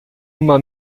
uma